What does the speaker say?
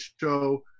show